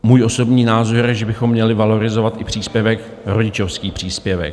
Můj osobní názor je, že bychom měli valorizovat i příspěvek, rodičovský příspěvek.